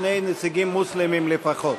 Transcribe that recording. שני נציגים מוסלמים לפחות.